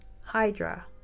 hydra